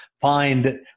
find